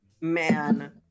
man